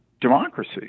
democracy